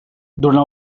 durant